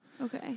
Okay